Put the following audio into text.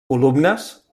columnes